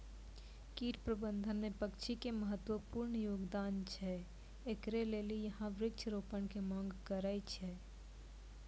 कीट प्रबंधन मे पक्षी के महत्वपूर्ण योगदान छैय, इकरे लेली यहाँ वृक्ष रोपण के मांग करेय छैय?